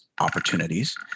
opportunities